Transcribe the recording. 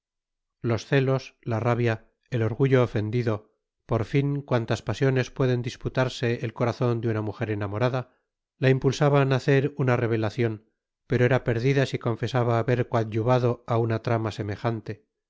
los celos la rabia el orgullo ofendido por fin cuantas pasiones pueden disputarse el corazon de una mujer enamorada la impulsaban á hacer una revelacion pero era perdida si confesaba haber coadyuvado á una trama semejante y